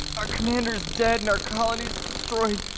our commander is dead and our colony destroyed.